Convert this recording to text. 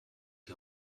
die